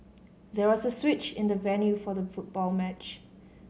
there was a switch in the venue for the football match